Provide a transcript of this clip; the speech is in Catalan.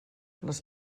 les